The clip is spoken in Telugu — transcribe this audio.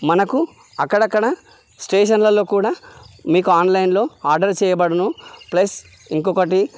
మనకు అక్కడక్కడ స్టేషన్లలో కూడా మీకు ఆన్లైన్లో ఆర్డర్ చేయబడును ప్లస్ ఇంకొకటి